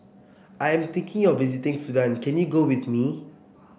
I'm thinking of visiting Sudan can you go with me